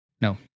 No